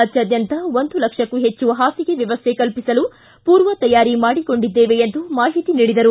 ರಾಜ್ಯಾದ್ಯಂತ ಒಂದು ಲಕ್ಷಕ್ಕೂ ಹೆಚ್ಚು ಪಾಸಿಗೆ ವ್ಯವಸ್ಥೆ ಕಲ್ಪಿಸಲು ಪೂರ್ವ ತಯಾರಿ ಮಾಡಿಕೊಂಡಿದ್ದೇವೆ ಎಂದು ಮಾಹಿತಿ ನೀಡಿದರು